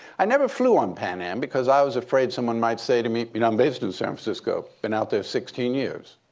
i never flew on pan am because i was afraid someone might say to me, you know, i'm based in san francisco. been out there sixteen years.